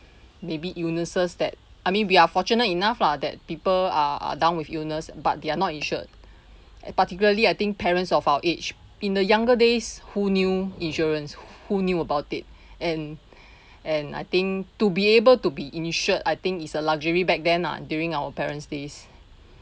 maybe illnesses that I mean we are fortunate enough lah that people are are down with illness but they are not insured and particularly I think parents of our age in the younger days who knew insurance who knew about it and and I think to be able to be insured I think is a luxury back then ah during our parents days